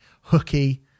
Hooky